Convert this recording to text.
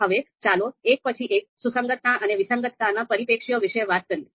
હવે ચાલો એક પછી એક સુસંગતતા અને વિસંગતતાના પરિપ્રેક્ષ્યો વિશે વાત કરીએ